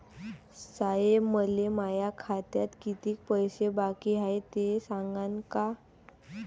साहेब, मले माया खात्यात कितीक पैसे बाकी हाय, ते सांगान का?